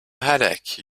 headache